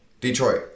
Detroit